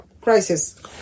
Crisis